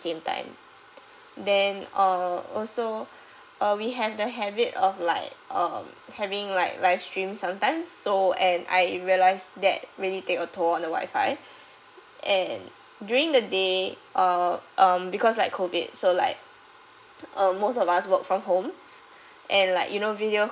same time then uh also uh we have the habit of like uh having like livestream sometimes so and I realize that really take a toll on the wifi and during the day uh um because like COVID so like um most of us work from home and like you know video